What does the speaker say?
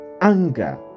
anger